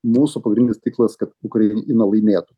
mūsų pagrindinis tikslas kad ukraina laimėtų